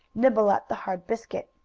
nibble at the hard biscuit.